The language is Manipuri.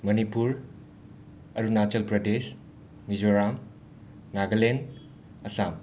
ꯃꯅꯤꯄꯨꯔ ꯑꯔꯨꯅꯥꯆꯜ ꯄ꯭ꯔꯗꯦꯁ ꯃꯤꯖꯣꯔꯥꯝ ꯅꯒꯥꯂꯦꯟ ꯑꯁꯥꯝ